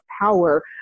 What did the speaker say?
power